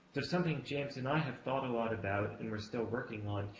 to something james and i have thought a lot about and we are still working on,